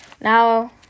Now